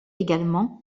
également